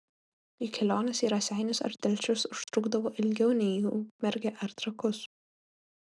juk kelionės į raseinius ar telšius užtrukdavo ilgiau nei į ukmergę ar trakus